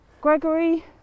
Gregory